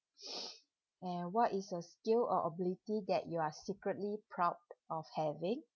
and what is your skill or ability that you are secretly proud of having